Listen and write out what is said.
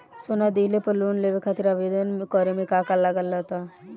सोना दिहले पर लोन लेवे खातिर आवेदन करे म का का लगा तऽ?